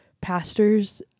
pastors